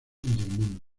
mundo